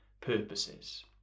purposes